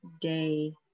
day